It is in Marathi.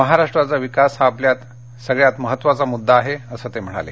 महाराष्ट्राचा विकास हा आपल्यासाठी सगळ्यात महत्त्वाचा मुद्दा आहे असं ते म्हणाले